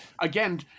again